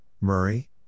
Murray